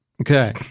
Okay